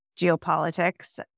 geopolitics